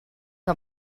que